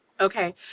Okay